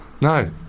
No